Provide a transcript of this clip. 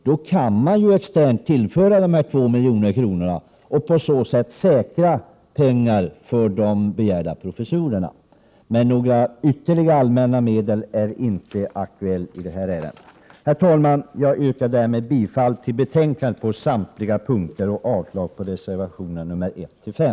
Då kan man ju externt tillföra dessa 2 miljoner och på så sätt säkra pengar för de begärda professorstjänsterna. Några ytterligare allmänna medel är inte aktuella. Herr talman! Jag yrkar därmed bifall till utskottets hemställan på samtliga punkter och avslag på reservationerna 1-5.